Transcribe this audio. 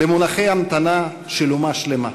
במונחי המתנה של אומה שלמה?